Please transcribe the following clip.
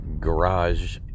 garage